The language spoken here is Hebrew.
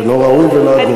זה לא ראוי ולא הגון.